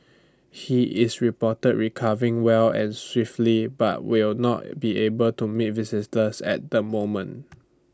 he is reported recovering well and swiftly but will not be able to meet visitors at the moment